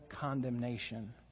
condemnation